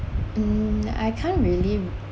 mm I can't really mm